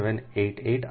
7788 r 1 છે